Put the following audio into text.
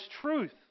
truth